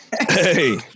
Hey